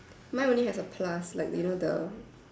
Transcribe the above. mine only has a plus like you know the